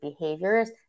behaviors